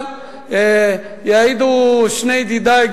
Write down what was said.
אבל יעידו שני ידידי,